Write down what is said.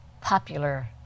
popular